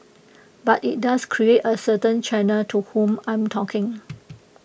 but IT does create A certain channel to whom I'm talking